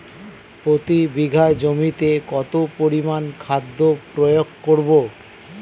প্রতি বিঘা জমিতে কত পরিমান খাদ্য প্রয়োগ করব?